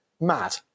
Mad